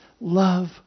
love